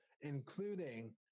including